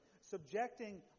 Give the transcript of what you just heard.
subjecting